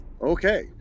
Okay